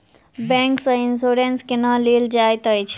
bank सँ insurance केना लेल जाइत अछि